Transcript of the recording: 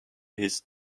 his